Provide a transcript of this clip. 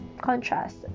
contrast